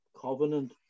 covenant